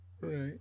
Right